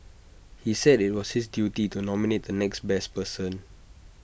he said IT was his duty to nominate the next best person